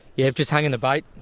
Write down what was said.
yes, just hanging the bait,